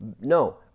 No